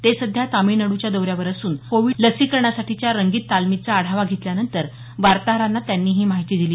ते सध्या तामिळनाडूच्या दौऱ्यावर असून कोविड लसीकरणासाठीच्या रंगीत तालमीचा आढावा घेतल्यानंतर वार्ताहरांना त्यांनी ही माहिती दिली